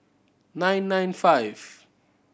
nine nine five